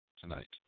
tonight